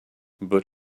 but